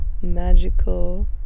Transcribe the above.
magical